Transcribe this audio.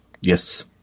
Yes